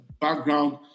background